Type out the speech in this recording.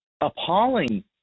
appalling